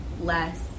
less